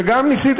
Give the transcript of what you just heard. וגם ניסית,